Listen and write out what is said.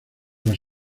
las